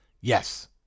Yes